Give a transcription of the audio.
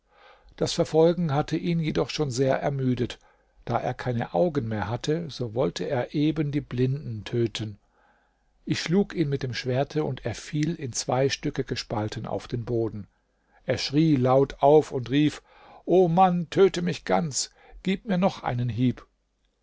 das verfolgen hatte ihn jedoch schon sehr ermüdet da er keine augen mehr hatte so wollte er eben die blinden töten ich schlug ihn mit dem schwerte und er fiel in zwei stücke gespalten auf den boden er schrie laut auf und rief o mann töte mich ganz gib mir noch einen hieb